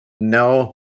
No